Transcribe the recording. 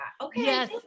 Okay